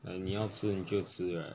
like 你要吃你就吃 right